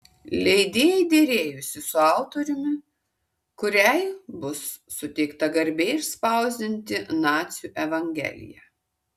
leidėjai derėjosi su autoriumi kuriai bus suteikta garbė išspausdinti nacių evangeliją